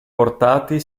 portati